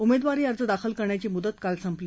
उमेदवारी अर्ज दाखल करण्याची मुदत काल संपली